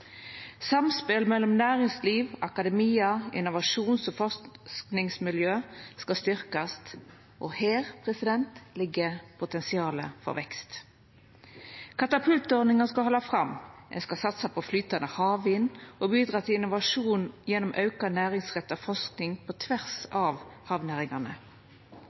Samspel mellom næringsliv, akademia, innovasjons- og forskingsmiljø skal styrkjast. Her ligg potensial for vekst. Katapult-ordninga skal halda fram, ein skal satsa på flytande havvind og bidra til innovasjon gjennom auka næringsretta forsking på tvers av havnæringane.